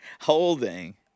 Holding